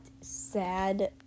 sad